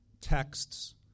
texts